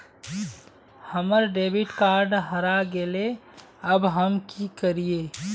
हमर debit card हरा गेले अब हम की करिये?